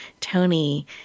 Tony